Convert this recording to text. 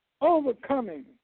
overcoming